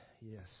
Yes